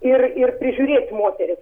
ir ir prižiūrėt moteris